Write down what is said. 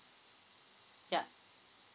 yeah